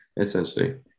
essentially